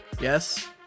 Yes